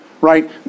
Right